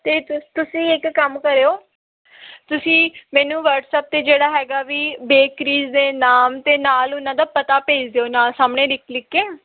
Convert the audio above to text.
ਅਤੇ ਤੁ ਤੁਸੀਂ ਇੱਕ ਕੰਮ ਕਰਿਓ ਤੁਸੀਂ ਮੈਨੂੰ ਵਟਸਅਪ 'ਤੇ ਜਿਹੜਾ ਹੈਗਾ ਵੀ ਬੇਕਰੀਜ ਦੇ ਨਾਮ ਅਤੇ ਨਾਲ ਉਹਨਾਂ ਦਾ ਪਤਾ ਭੇਜ ਦਿਓ ਨਾਲ ਸਾਹਮਣੇ ਲਿਖ ਲਿਖ ਕੇ